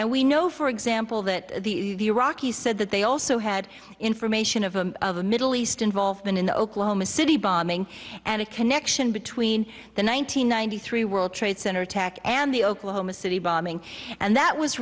and we know for example that the iraqis said that they also had information of a middle east involvement in the oklahoma city bombing and a connection between the one nine hundred ninety three world trade center attack and the oklahoma city bombing and that was